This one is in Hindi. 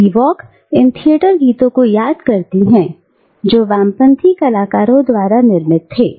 स्पिवक इन थिएटर गीतों को याद करती थी जो वामपंथी कलाकारों द्वारा निर्मित थे